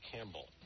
Campbell